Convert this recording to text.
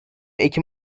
ekim